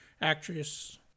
actress